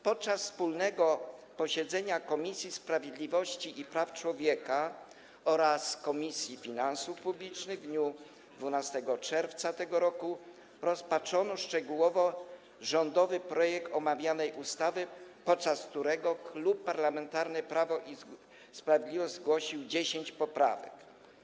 Podczas wspólnego posiedzenia Komisji Sprawiedliwości i Praw Człowieka oraz Komisji Finansów Publicznych w dniu 12 czerwca tego roku rozpatrzono szczegółowo rządowy projekt omawianej ustawy, podczas którego Klub Parlamentarny Prawo i Sprawiedliwość zgłosił 10 poprawek.